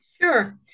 Sure